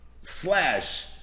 slash